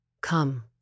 Come